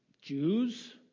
Jews